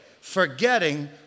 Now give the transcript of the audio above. forgetting